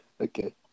Okay